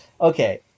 okay